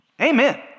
Amen